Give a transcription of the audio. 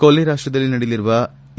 ಕೊಲ್ಲಿ ರಾಷ್ಟದಲ್ಲಿ ನಡೆಯಲಿರುವ ಎ